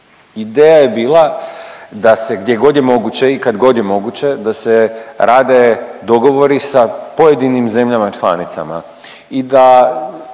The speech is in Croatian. ideja je bila da se gdje god je moguće i kad god je moguće da se rade dogovori sa pojedinim zemljama članicama i da